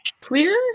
clear